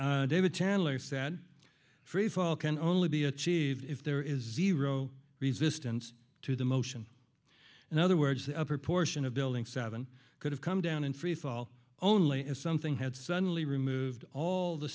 one david chandler said freefall can only be achieved if there is zero resistance to the motion in other words the upper portion of building seven could have come down in freefall only if something had suddenly removed all the